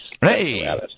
hey